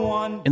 one